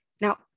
Now